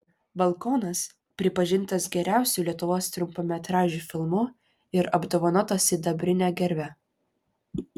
balkonas pripažintas geriausiu lietuvos trumpametražiu filmu ir apdovanotas sidabrine gerve